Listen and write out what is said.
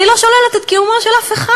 אני לא שוללת את קיומו של אף אחד.